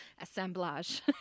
assemblage